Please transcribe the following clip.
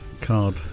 Card